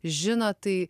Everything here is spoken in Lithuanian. žino tai